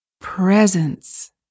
Presence